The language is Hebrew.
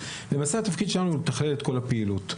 למעשה התפקיד שלנו הוא לתכלל את כל הפעילות.